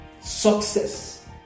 Success